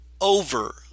over